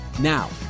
Now